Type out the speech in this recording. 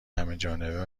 همهجانبه